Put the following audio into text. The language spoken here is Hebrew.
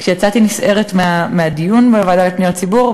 כשיצאתי נסערת מהדיון בוועדה לפניות הציבור,